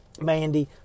Mandy